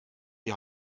die